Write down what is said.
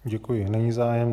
Děkuji, není zájem.